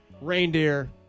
Reindeer